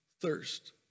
thirst